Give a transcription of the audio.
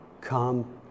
come